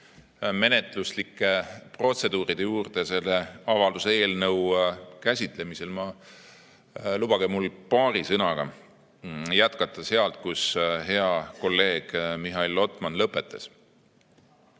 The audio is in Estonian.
menetluslike protseduuride juurde selle avalduse eelnõu käsitlemisel, lubage mul paari sõnaga jätkata sealt, kus hea kolleeg Mihhail Lotman lõpetas.